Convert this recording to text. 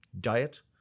Diet